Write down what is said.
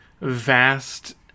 vast